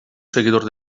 seguidor